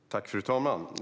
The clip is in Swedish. Fru talman!